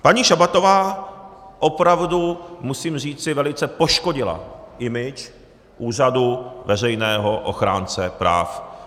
Paní Šabatová opravdu, musím říci, velice poškodila image úřadu veřejného ochránce práv.